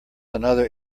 another